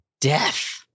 death